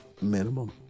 Minimum